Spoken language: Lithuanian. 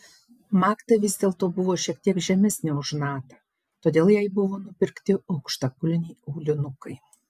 magda vis dėlto buvo šiek tiek žemesnė už natą todėl jai buvo nupirkti aukštakulniai aulinukai